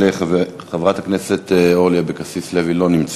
חברת הכנסת אורלי לוי אבקסיס, לא נמצאת.